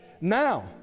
now